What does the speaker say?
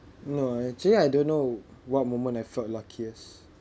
no I actually I don't know what moment I felt luckiest